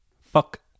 Fuck